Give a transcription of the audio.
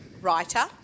writer